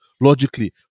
logically